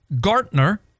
Gartner